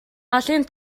малын